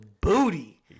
booty